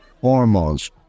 hormones